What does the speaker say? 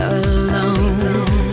alone